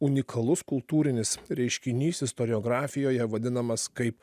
unikalus kultūrinis reiškinys istoriografijoje vadinamas kaip